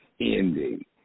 ending